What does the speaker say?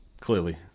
Clearly